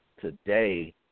today